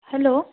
hello